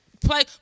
Play